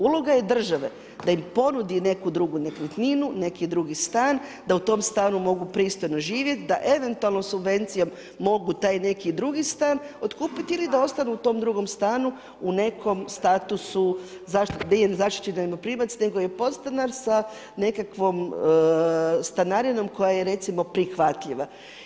Uloga je države da im ponudi neku drugu nekretninu, neki drugi stan, da u tom stanu mogu pristojno živjeti, da eventualno subvencijom mogu taj neki drugi stan otkupiti ili da ostanu u tom drugom stanu u nekom statusu nije zaštićeni najmoprimac, nego je podstanar sa nekakvom stanarinom koja je recimo prihvatljiva.